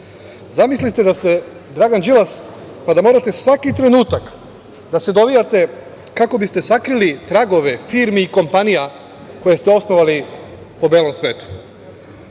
Zamislite da ste Dragan Đilas pa da morate svaki trenutak da se dovijate kako biste sakrili tragove firmi i kompanija koje ste osnovali po belom svetu.